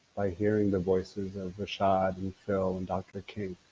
by hearing the voices of rashad, and phil and dr. king.